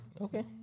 Okay